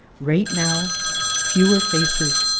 right now fewer faces,